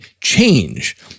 change